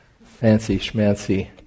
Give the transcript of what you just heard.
fancy-schmancy